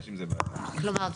כלומר,